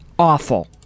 Awful